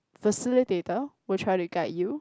facilitator will try to guide you